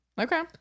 Okay